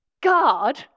God